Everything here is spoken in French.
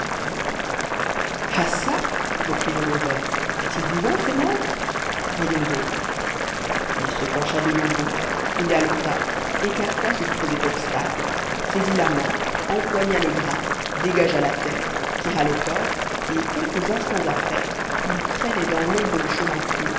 tombe ah çà reprit le rôdeur est-il vivant ce mort voyons donc il se pencha de nouveau fouilla le tas écarta ce qui faisait obstacle saisit la main empoigna le bras dégagea la tête tira le corps et quelques instants après il traînait dans l'ombre du chemin creux